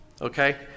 Okay